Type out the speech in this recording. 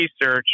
research